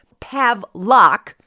Pavlok